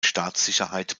staatssicherheit